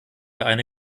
eine